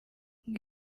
ngo